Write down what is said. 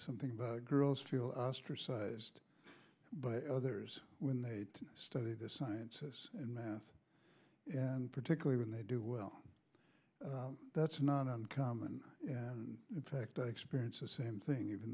something about girls feel ostracized by others when they study the sciences and math and particularly when they do well that's not uncommon in fact i experience the same thing even